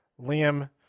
Liam